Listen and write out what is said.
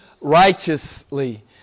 righteously